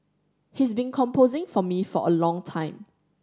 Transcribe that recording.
he's been composing for me for a long time